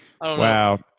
Wow